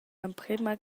l’emprema